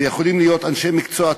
והם יכולים להיות אנשי מקצוע טובים,